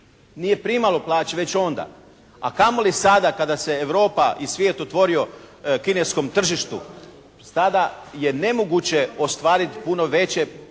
Nije primalo plaće već onda, a kamoli sada kada se Europa i svijet otvorio kineskom tržištu. Sada je nemoguće ostvariti puno veće